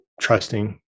trusting